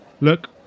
Look